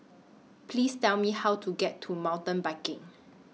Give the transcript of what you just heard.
Please Tell Me How to get to Mountain Biking